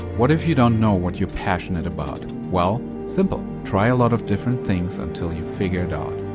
what if you don't know what your passionate about? well, simple. try a lot of different things until you figure it out.